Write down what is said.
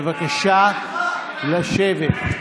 בבקשה לשבת.